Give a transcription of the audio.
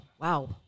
wow